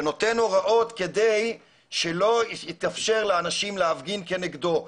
שנותן הוראות כדי שלא יתאפשר לאנשים להפגין כנגדו.